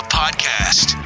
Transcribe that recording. podcast